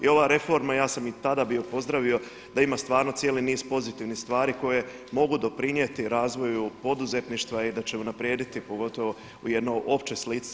I ova reforma, ja sam je i tada bio pozdravio, da ima stvarno cijeli niz pozitivnih stvari koje mogu doprinijeti razvoju poduzetništva i da ćemo unaprijediti pogotovo u jednoj općoj slici.